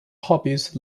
hobbits